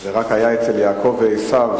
זה רק היה אצל יעקב ועשיו,